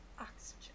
oxygen